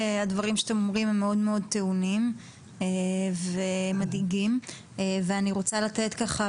הדברים שאתם אומרים הם מאוד מאוד טעונים ומדאיגים ואני רוצה לתת ככה,